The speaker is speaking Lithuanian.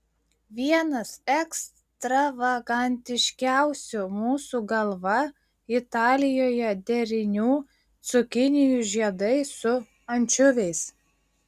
vienas ekstravagantiškiausių mūsų galva italijoje derinių cukinijų žiedai su ančiuviais